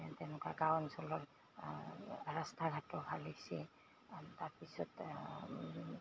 তেনেকুৱা গাঁও অঞ্চলৰ ৰাস্তা ঘাটো ভাল হৈছে তাৰ পিছত